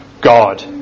God